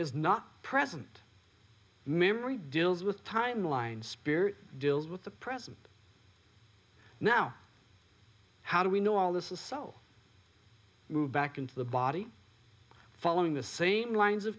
is not present memory deals with timeline spirit deals with the present now how do we know all this is so moved back into the body following the same lines of